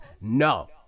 No